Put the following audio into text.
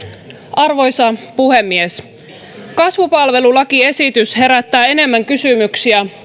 arvoisa puhemies kasvupalvelulakiesitys herättää enemmän kysymyksiä